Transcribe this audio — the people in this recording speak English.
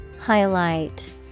Highlight